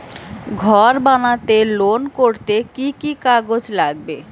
ঘর বানাতে লোন করতে কি কি কাগজ লাগবে?